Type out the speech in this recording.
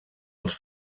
els